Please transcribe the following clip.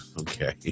okay